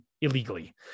illegally